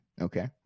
okay